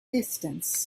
distance